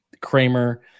Kramer